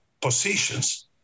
positions